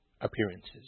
appearances